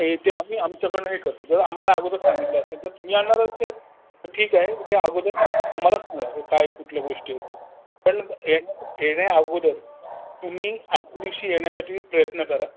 हे ते आम्ही आमच्याकडून हे करतो जर आम्हाला अगोदर सांगितलं असेल जर तुम्ही आणणार असेल तर ठीक आहे पण त्या अगोदर आम्हाला सांगा की काय कुठल्या गोष्टी आहेत ते पण एण्या येण्या अगोदर तुम्ही आधल्या दिवशी येण्यासाठी प्रयत्न करा